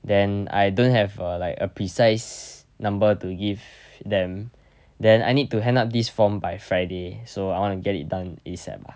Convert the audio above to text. then I don't have a like a precise number to give them then I need to hand up these form by friday so I want to get it done asap ah